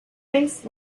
based